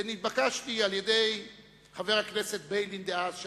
ונתבקשתי על-ידי חבר הכנסת דאז ביילין,